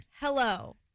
Hello